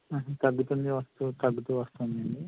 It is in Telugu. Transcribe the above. తగ్గుతుంది వస్తూ తగ్గుతూ వస్తూ ఉందా అండీ